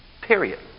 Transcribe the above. period